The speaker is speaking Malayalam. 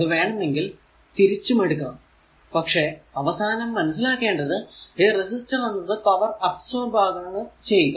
അത് വേണമെങ്കിൽ തിരിച്ചും എടുക്കാം പക്ഷെ അവസാനം മനസ്സിലാക്കേണ്ടത് ഈ റെസിസ്റ്റർ എന്നത് പവർ അബ്സോർബ് ആണ് ചെയ്യുക